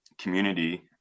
community